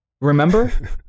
Remember